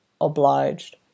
obliged